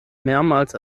mehrmals